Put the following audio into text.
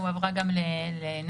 היא הועברה גם אלינו.